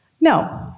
No